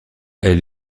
elle